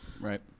right